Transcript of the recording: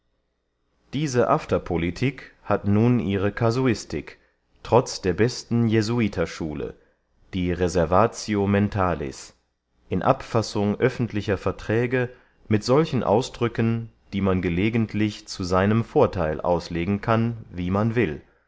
diese afterpolitik hat nun ihre casuistik trotz der besten jesuiterschule die reseruatio mentalis in abfassung öffentlicher verträge mit solchen ausdrücken die man gelegentlich zu seinem vortheil auslegen kann wie man will